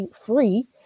free